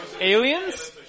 aliens